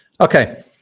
Okay